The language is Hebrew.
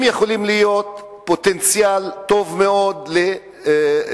הם יכולים להיות פוטנציאל טוב מאוד להגדיל